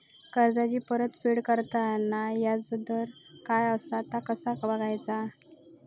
कर्जाचा फेड करताना याजदर काय असा ता कसा बगायचा?